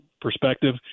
perspective